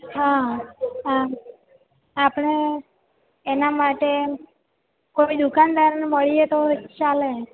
હાં આ આપણે એના માટે કોઈ દુકાનદારને મળીએ તો ચાલે એમ